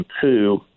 two